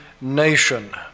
nation